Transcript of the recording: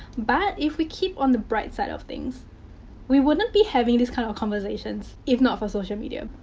but, if we keep on the bright side of things we wouldn't be having these kinds kind of of conversation if not for social media.